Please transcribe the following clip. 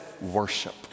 worship